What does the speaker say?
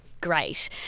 great